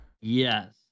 Yes